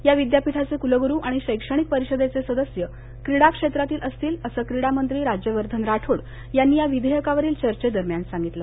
या विद्यापीठाचे कुलगुरु आणि शैक्षणिक परिषदेचे सदस्य क्रीडा क्षेत्रातील असतील असं क्रीडा मंत्री राज्यवर्धन राठोड यांनी या विधेयकावरील चर्चेदरम्यान सांगितलं